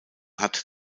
hat